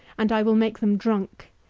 and i will make them drunk,